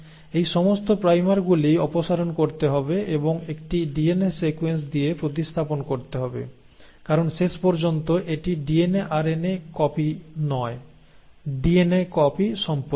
এই সমস্ত প্রাইমারগুলি অপসারণ করতে হবে এবং একটি ডিএনএ সিকোয়েন্স দিয়ে প্রতিস্থাপন করতে হবে কারণ শেষ পর্যন্ত এটি DNA R N A copy নয় ডিএনএ কপি সম্পর্কিত